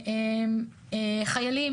אני